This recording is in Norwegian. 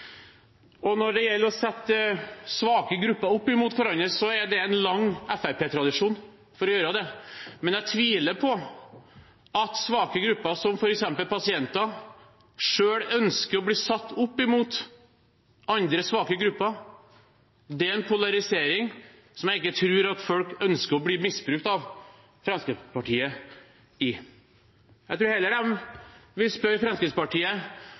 Når det gjelder å sette svake grupper opp mot hverandre, er det en lang Fremskrittsparti-tradisjon for å gjøre det, men jeg tviler på at svake grupper som f.eks. pasienter selv ønsker å bli satt opp mot andre svake grupper. Det er en polarisering som jeg tror folk ikke ønsker å bli misbrukt av Fremskrittspartiet i. Jeg tror heller de vil spørre Fremskrittspartiet